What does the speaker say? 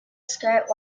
skirt